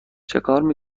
سوار